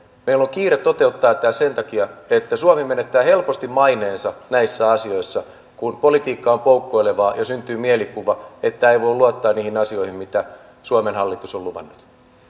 meillä on kiire toteuttaa tämä että suomi menettää helposti maineensa näissä asioissa kun politiikka on poukkoilevaa ja syntyy mielikuva että ei voi luottaa niihin asioihin mitä suomen hallitus on luvannut